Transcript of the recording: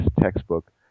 textbook